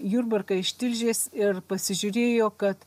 jurbarką iš tilžės ir pasižiūrėjo kad